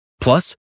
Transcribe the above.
Plus